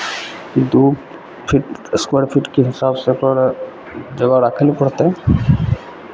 दू feet square फीटके हिसाबसँ ओकरा जगह राखय लेल पड़तै